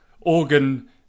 Organ